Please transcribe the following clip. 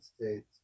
states